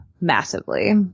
massively